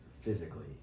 Physically